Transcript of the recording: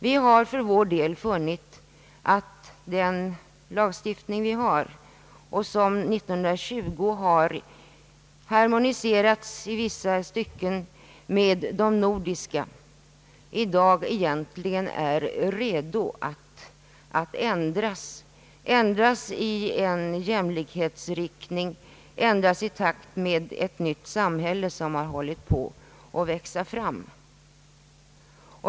Vi har för vår del funnit att vår lagstiftning, som 1920 i vissa stycken harmonierades med lagstiftningen i de övriga nordiska länderna, i dag egentligen är mogen att ändras i en jämlikhetsriktning, ändras i takt med ett nytt samhälle som vuxit fram.